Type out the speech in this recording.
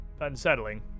unsettling